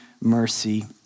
mercy